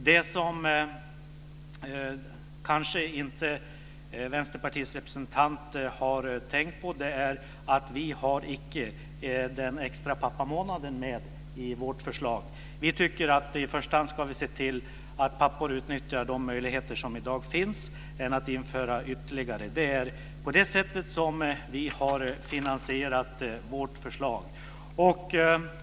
Vad Vänsterpartiets representant kanske inte tänkt på är att vi icke har en extra pappamånad med i vårt förslag. Vi tycker att vi i första hand ska se till att pappor utnyttjar de möjligheter som i dag finns; detta i stället för att införa ytterligare saker. På det sättet har vi finansierat vårt förslag.